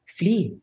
flee